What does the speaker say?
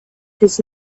his